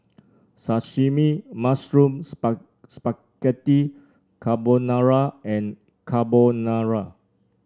Sashimi Mushroom Spaghetti Carbonara and Carbonara